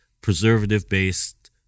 preservative-based